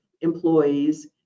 employees